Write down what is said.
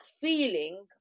feeling